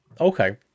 Okay